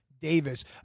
Davis